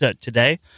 today